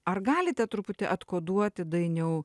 ar galite truputį atkoduoti dainiau